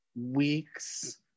weeks